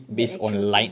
the actual thing